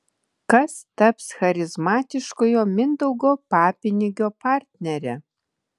kas taps charizmatiškojo mindaugo papinigio partnere